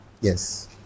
Yes